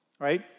right